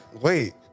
wait